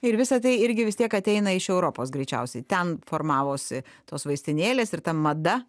ir visa tai irgi vis tiek ateina iš europos greičiausiai ten formavosi tos vaistinėlės ir ta mada